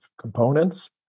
components